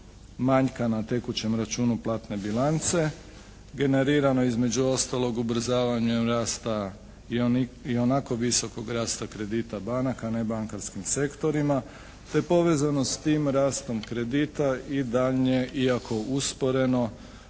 manjka na tekućem računu platne bilance generirano između ostalog ubrzavanjem rasta, ionako visokog rasta kredita banaka nebankarskim sektorima, te povezanost s tim rastom kredita i daljnje iako usporeno